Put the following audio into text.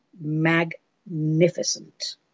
magnificent